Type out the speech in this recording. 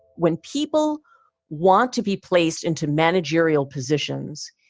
when people want to be placed into managerial positions,